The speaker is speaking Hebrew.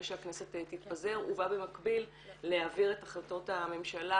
שהכנסת תתפזר ובה במקביל להעביר את החלטות הממשלה,